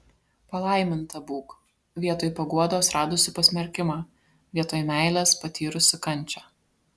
palaiminta būk vietoj paguodos radusi pasmerkimą vietoj meilės patyrusi kančią